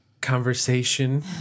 conversation